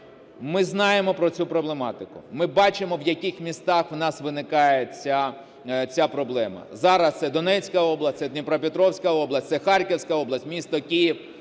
Ми знаємо про цю проблематику, ми бачимо, в яких містах у нас виникає ця проблема. Зараз це Донецька область, це Дніпропетровська область, це Харківська область, місто Київ,